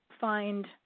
find